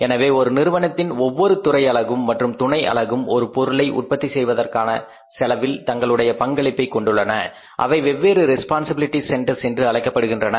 எனவே ஒரு நிறுவனத்தின் ஒவ்வொரு துறை அலகும் மற்றும் துணை அலகும் ஒரு பொருளை உற்பத்தி செய்வதற்கான செலவில் தங்களுடைய பங்களிப்பை கொண்டுள்ளன அவை வெவ்வேறு ரெஸ்பான்சிபிலிட்டி சென்டர்ஸ் என்று அழைக்கப்படுகின்றன